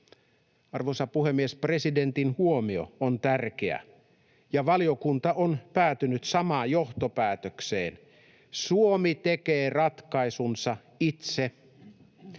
Arvoisa puhemies! Presidentin huomio on tärkeä, ja valiokunta on päätynyt samaan johtopäätökseen: Suomi tekee ratkaisunsa itse.